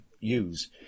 use